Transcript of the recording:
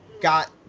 got